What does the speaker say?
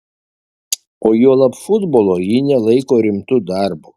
o juolab futbolo ji nelaiko rimtu darbu